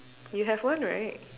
you have one right